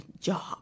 job